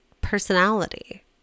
personality